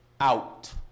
out